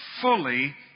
fully